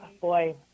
boy